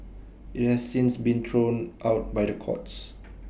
IT has since been thrown out by the courts